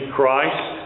Christ